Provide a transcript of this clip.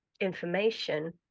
information